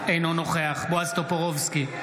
אינו נוכח בועז טופורובסקי,